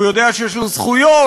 הוא יודע שיש לו זכויות,